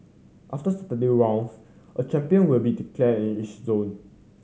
after Saturday rounds a champion will be declared in each zone